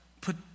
put